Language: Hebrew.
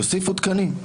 שיוסיפו תקנים.